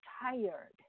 tired